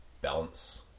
Balance